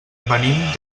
venim